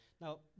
now